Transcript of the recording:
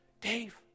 Dave